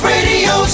Radio